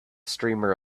streamer